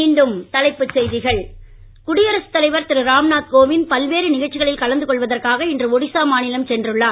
மீண்டும் தலைப்புச்செய்திகள் குடியரசு தலைவர் திரு ராம்நாத் கோவிந்த் பல்வேறு நிகழ்ச்சிகளில் கலந்துகொள்வதற்காக இன்று ஒடிசா மாநிலம் சென்றுள்ளார்